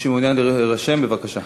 מי שמעוניין להירשם, בבקשה.